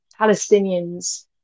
Palestinians